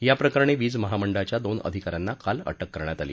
याप्रकरणी वीज महामंडळाच्या दोन अधिका यांना काल अक्रि करण्यात आली